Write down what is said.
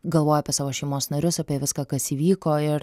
galvojo apie savo šeimos narius apie viską kas įvyko ir